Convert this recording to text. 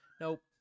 nope